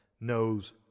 knows